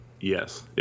Yes